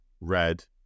red